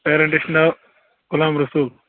parents چھُ ناو غلام رسوٗل